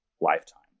Lifetime